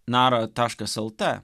nara taškas lt